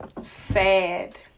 sad